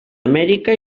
amèrica